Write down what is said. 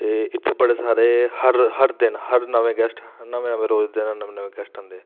ते इत्थै बड़े सारे हर हर दिन हर नमें गैस्ट नमें रोज दे नमें नमें गैस्ट औंदे